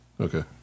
Okay